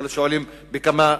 יכול להיות ששואלים בכמה שקלים.